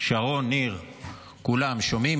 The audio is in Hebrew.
שרון ניר, כולם, שומעים?